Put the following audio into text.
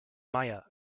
meier